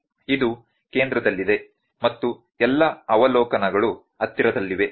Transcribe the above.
ಇದು ಕೇಂದ್ರದಲ್ಲಿದೆ ಮತ್ತು ಎಲ್ಲಾ ಅವಲೋಕನಗಳು ಹತ್ತಿರದಲ್ಲಿವೆ